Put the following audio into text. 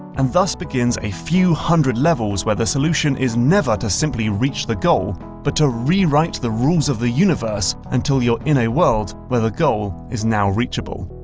and thus begins a few hundred levels where the solution is never to simply reach the goal but to rewrite the rules of the universe until you're in a world where the goal is now reachable.